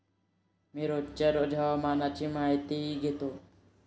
मी रोजच्या रोज हवामानाची माहितीही घेतो